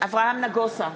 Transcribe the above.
אברהם נגוסה,